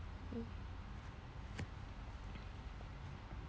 mm